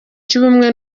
cy’ubumwe